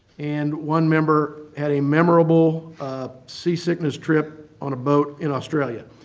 and one member had a memorable sea sickness trip on a boat in australia.